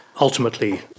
Ultimately